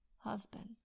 husband